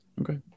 okay